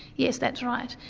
yes, that's right.